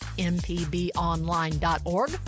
mpbonline.org